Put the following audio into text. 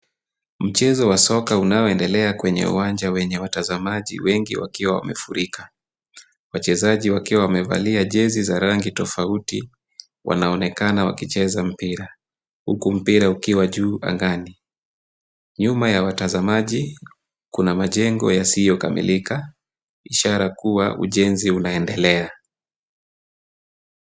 Mchezo wa soka unaoendelea kwenye uwanja wenye watazamaji wengi wakiwa wamefurika , wachezaji wakiwa wamevalia jezi za rangi tofauti wanaonekana wakicheza mpira huku mpira ukiwa juu angani ,nyuma ya watazamaji Kuna majengo yasiyokamilika ,ishara kua ujenzi unaendelea.